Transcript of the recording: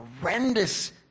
horrendous